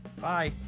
Bye